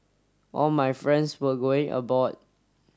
all my friends were going aboard